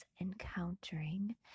encountering